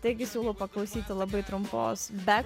taigi siūlau paklausyti labai trumpos bet